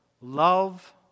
Love